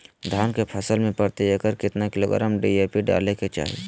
धान के फसल में प्रति एकड़ कितना किलोग्राम डी.ए.पी डाले के चाहिए?